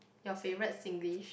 your favorite Singlish